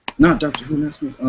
no don't do